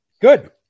Good